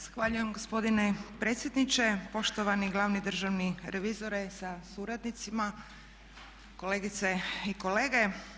Zahvaljujem gospodine predsjedniče, poštovani glavni državni revizore sa suradnicima, kolegice i kolege.